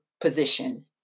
position